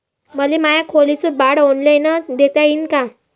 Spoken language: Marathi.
मले माया खोलीच भाड ऑनलाईन देता येईन का?